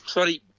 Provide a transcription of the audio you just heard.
Sorry